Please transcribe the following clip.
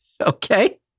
Okay